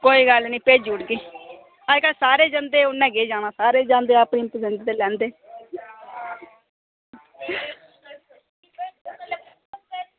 कोई गल्ल निं भेजी ओड़गी अज्जकल सारे जंदे उन्ने केह् जाना सारे जंदे ते अपनी पसंद दे लैंदे